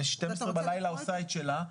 השעה 12:00 בלילה עושה את שלה.